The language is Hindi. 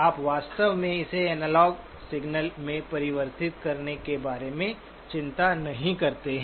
आप वास्तव में इसे एनालॉग सिग्नल में परिवर्तित करने के बारे में चिंता नहीं करते हैं